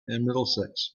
middlesex